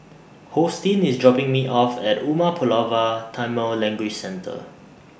Hosteen IS dropping Me off At Umar Pulavar Tamil Language Centre